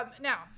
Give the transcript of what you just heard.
now